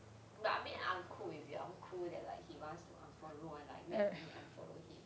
no I mean I'm cool with it I'm cool that like he wants to unfollow and like make me unfollow him